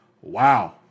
wow